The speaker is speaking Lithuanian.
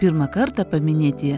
pirmą kartą paminėti